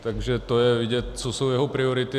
Takže to je vidět, co jsou jeho priority.